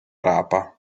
rapa